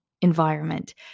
environment